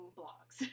blogs